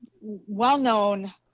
well-known